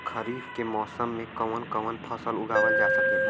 खरीफ के मौसम मे कवन कवन फसल उगावल जा सकेला?